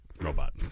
Robot